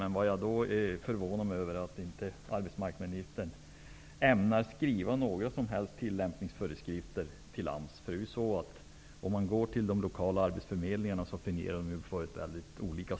Jag är emellertid förvånad över att arbetsmarknadsministern inte ämnar skriva några som helst tillämpningsföreskrifter till AMS. De lokala arbetsförmedlingarna fungerar ju väldigt olika.